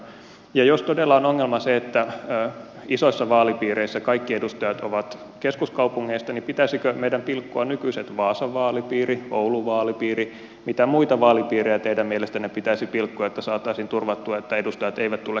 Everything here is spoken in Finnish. ja jos todella on ongelma se että isoissa vaalipiireissä kaikki edustajat ovat keskuskaupungeista niin pitäisikö meidän pilkkoa nykyiset vaasan vaalipiiri oulun vaalipiiri ja mitä muita vaalipiirejä teidän mielestänne pitäisi pilkkoa että saataisiin turvattua että edustajat eivät tule keskuskaupungeista